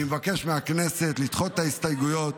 אני מבקש מהכנסת לדחות את ההסתייגויות,